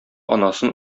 анасын